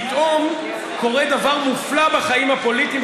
פתאום קורה דבר מופלא בחיים הפוליטיים,